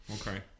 Okay